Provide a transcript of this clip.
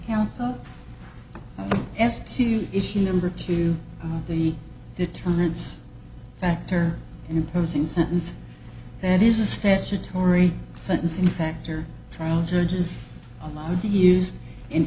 as to issue number two the deterrence factor imposing sentence that is a statutory sentencing factor turns urges allowed to use in